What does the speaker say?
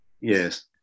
yes